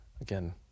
Again